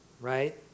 right